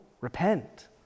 repent